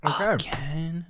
Okay